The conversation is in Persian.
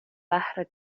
بهر